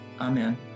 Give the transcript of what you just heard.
amen